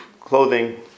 clothing